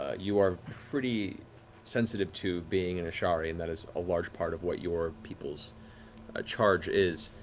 ah you are pretty sensitive to, being an ashari, and that is a large part of what your people's ah charge is.